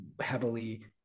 heavily